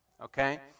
okay